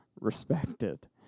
respected